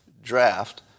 draft